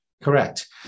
Correct